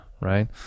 right